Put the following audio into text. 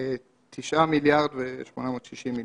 9 מיליארד 860 מיליון.